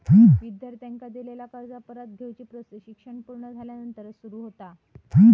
विद्यार्थ्यांका दिलेला कर्ज परत घेवची प्रोसेस शिक्षण पुर्ण झाल्यानंतर सुरू होता